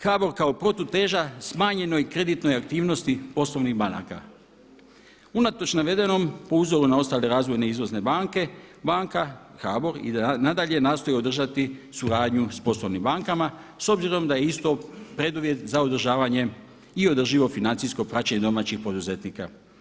HBOR kao protuteža smanjenoj kreditnoj aktivnosti poslovnih banaka, unatoč navedenom po uzoru na ostale razvojne i izvozne banke, banka HBOR i nadalje nastoji održati suradnju s poslovnim bankama s obzirom da je isto preduvjet za održavanjem i održivo financijsko praćenje domaćih poduzetnika.